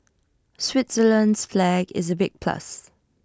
Switzerland's flag is A big plus